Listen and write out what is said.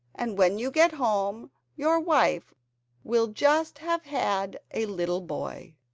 and when you get home your wife will just have had a little boy.